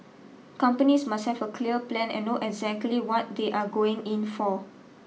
companies must have a clear plan and know exactly what they are going in for